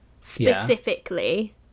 specifically